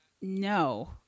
No